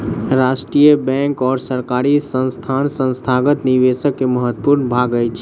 राष्ट्रीय बैंक और सरकारी संस्थान संस्थागत निवेशक के महत्वपूर्ण भाग अछि